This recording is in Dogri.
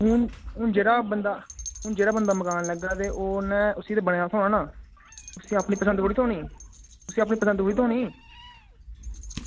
हून हून जेह्ड़ा बंदा हून जेह्ड़ा बंदा मकान लैंदा ओह् उन्नै ते उसी बने दा थ्होना ना उसी अपनी पसंद थोह्ड़े थ्होनी उसी अपनी पसंद थोह्ड़े थ्होनी